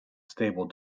stable